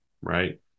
right